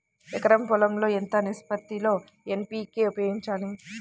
ఎకరం పొలం లో ఎంత నిష్పత్తి లో ఎన్.పీ.కే ఉపయోగించాలి?